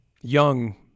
young